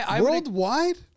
Worldwide